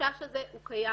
החשש הזה קיים,